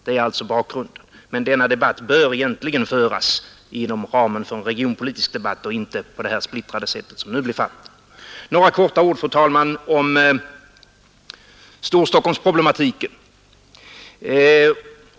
Det är alltså bakgrunden, men denna debatt bör egentligen föras inom ramen för en regionalpolitisk debatt och inte på det splittrade sätt som nu blir fallet. Några få ord, fru talman, om Storstockholmsproblematiken.